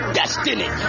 destiny